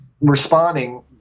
responding